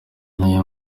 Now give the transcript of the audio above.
nayo